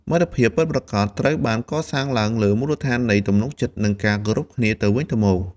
មិត្តភាពពិតប្រាកដត្រូវបានកសាងឡើងលើមូលដ្ឋាននៃទំនុកចិត្ត និងការគោរពគ្នាទៅវិញទៅមក។